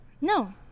No